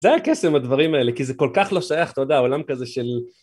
זה הקסם, הדברים האלה, כי זה כל כך לא שייך, אתה יודע, העולם כזה של...